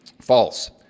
false